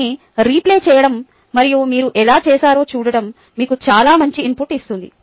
దాన్ని రీప్లే చేయడం మరియు మీరు ఎలా చేశారో చూడటం మీకు చాలా మంచి ఇన్పుట్ ఇస్తుంది